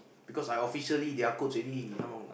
because I officially their coach already you know